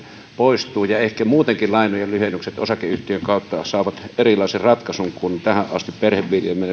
poistuu ja ehkä muutenkin perheviljelmillä lainojen lyhennykset osakeyhtiön kautta saavat erilaisen ratkaisun kuin tähän asti